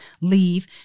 leave